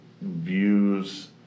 views